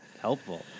helpful